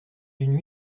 d’une